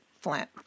Flint